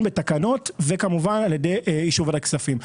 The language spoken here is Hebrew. בתקנות וכמובן על ידי אישור ועדת כספים.